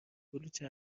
کلوچه